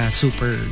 super